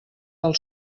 del